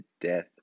death